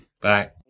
bye